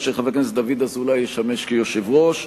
וחבר הכנסת דוד אזולאי ישמש כיושב-ראש,